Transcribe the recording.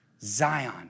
Zion